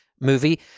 movie